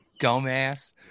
dumbass